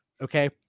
okay